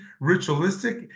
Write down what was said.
ritualistic